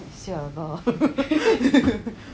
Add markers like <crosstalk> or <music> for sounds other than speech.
!siala! <laughs>